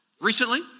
recently